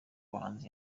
abahanzi